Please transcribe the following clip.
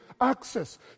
access